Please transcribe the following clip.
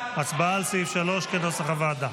הצבעה על סעיף 3 כנוסח הוועדה.